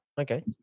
okay